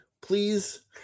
please